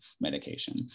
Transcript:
medication